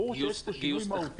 ברור שיש פה שינוי מהותי.